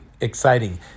exciting